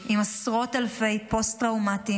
עם עשרות אלפי פוסט-טראומטיים,